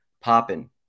popping